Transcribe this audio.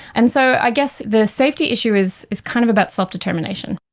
and so i guess the safety issue is is kind of about self-determination.